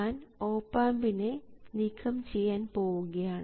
ഞാൻ ഓപ് ആമ്പിനെ നീക്കം ചെയ്യാൻ പോവുകയാണ്